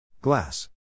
Glass